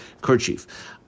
kerchief